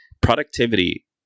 productivity